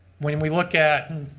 when we look at